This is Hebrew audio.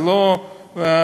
זה לא מקומם?